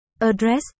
Address